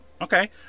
Okay